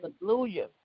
Hallelujah